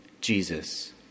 Jesus